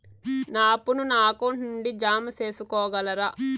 నా అప్పును నా అకౌంట్ నుండి జామ సేసుకోగలరా?